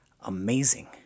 amazing